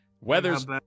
Weather's